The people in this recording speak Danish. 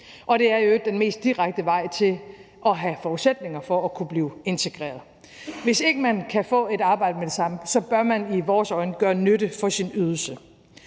og det er i øvrigt den mest direkte vej til at have forudsætninger for at kunne blive integreret. Hvis ikke man kan få et arbejde med det samme, bør man i vores øjne gøre nytte for sin ydelse.